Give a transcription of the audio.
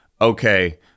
okay